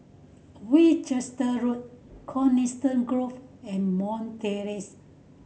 Winchester Road Coniston Grove and Terrace